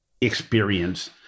experience